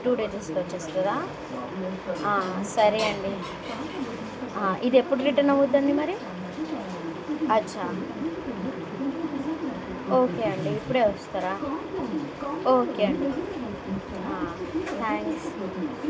two డేస్కి వస్తుందా సరే అండి ఇది ఎప్పుడు రిటర్న్ అవుద్దండి మరి అచ్చా ఓకే అండి ఇప్పుడే వస్తారా ఓకే అండి థ్యాంక్స్